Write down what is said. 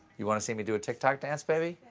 you want to see me do a tik tok dance, baby?